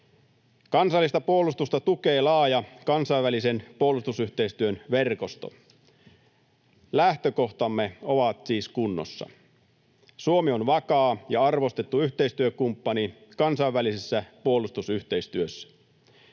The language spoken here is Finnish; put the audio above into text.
Kansallista puolustusta tukee laaja kansainvälisen puolustusyhteistyön verkosto. Lähtökohtamme ovat siis kunnossa. Suomi on vakaa ja arvostettu yhteistyökumppani kansainvälisessä puolustusyhteistyössä.